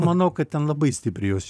manau kad ten labai stipriai jos